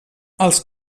els